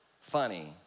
funny